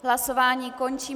Hlasování končím.